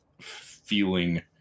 feeling